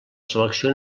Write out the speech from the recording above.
selecció